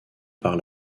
par